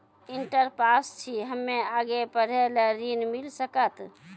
Inter pass छी हम्मे आगे पढ़े ला ऋण मिल सकत?